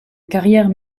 carrière